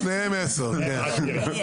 הם: ראשית,